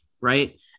right